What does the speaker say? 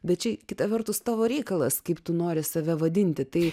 bet čia kita vertus tavo reikalas kaip tu nori save vadinti tai